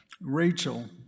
Rachel